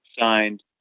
Signed